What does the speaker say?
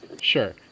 sure